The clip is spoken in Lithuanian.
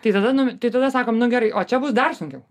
tai tada nu tai tada sakom nu gerai o čia bus dar sunkiau